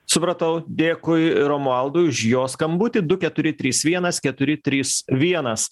supratau dėkui romualdui už jo skambutį du keturi trys vienas keturi trys vienas